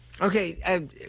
Okay